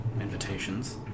invitations